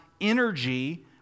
energy